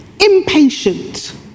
impatient